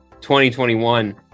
2021